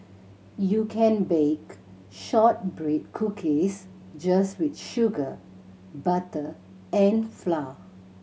you can bake shortbread cookies just with sugar butter and flour